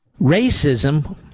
Racism